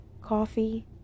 coffee